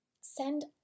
Send